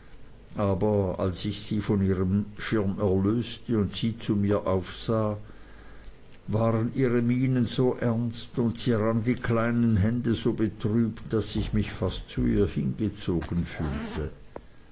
aber als ich sie von ihrem schirm erlöste und sie zu mir aufsah waren ihre mienen so ernst und sie rang die kleinen hände so betrübt daß ich mich fast zu ihr hingezogen fühlte